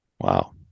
wow